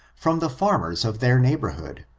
from the farmers of their neighborhood.